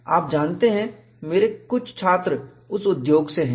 आप जानते हैं मेरे पास कुछ छात्र उद्योग से हैं